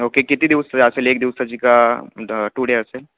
okay किती दिवसाची असेल एक दिवसाची का द टू डे असेल